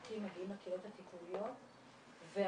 שנתי מגיעים לקהילות הטיפוליות והרוב